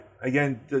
again